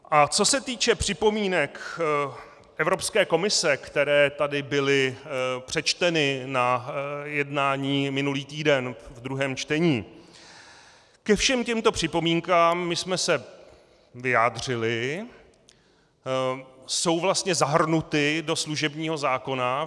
A co se týče připomínek Evropské komise, které tady byly přečteny na jednání minulý týden ve druhém čtení, ke všem těmto připomínkám jsme se vyjádřili, jsou vlastně zahrnuty do služebního zákona.